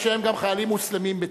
חיילים שהם חיילים מוסלמים בצה"ל,